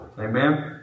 Amen